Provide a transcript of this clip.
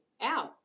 out